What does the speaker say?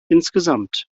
insgesamt